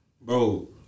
bro